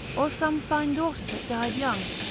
or some fine daughter that died young,